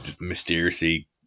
mysteriously